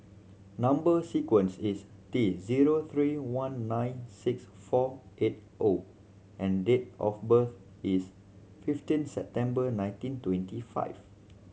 number sequence is T zero three one nine six four eight O and date of birth is fifteen September nineteen twenty five